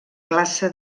classe